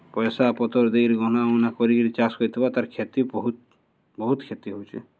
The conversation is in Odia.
ପଏସା ପତର୍ ଦେଇକରି ଗହନା ଉନା କରିକିରି ଚାଷ କରିଥିବା ତାର୍ କ୍ଷତି ବହୁତ୍ ବହୁତ୍ କ୍ଷତି ହଉଛେ